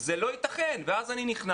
זה לא יתכן, ואז אני נכנס